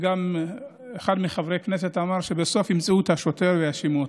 גם אחד מחברי הכנסת אמר שבסוף ימצאו את השוטר ויאשימו אותו.